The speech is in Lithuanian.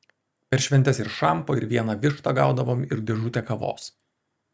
per šventes ir šampo ir vieną vištą gaudavom ir dėžutę kavos